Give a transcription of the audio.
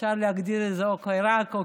אפשר להגדיר את זה או רק או כבר,